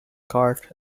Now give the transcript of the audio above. cart